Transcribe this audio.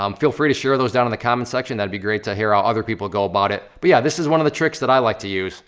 um feel free to share those down in the comments section. that'd be great to hear how other people go about it. but yeah this is one of the tricks that i like to use.